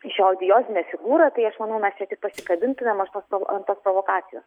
iš jo odiozinę figūrą tai aš manau mes čia tik pasikabintumėm už tos provo ant tos provokacijos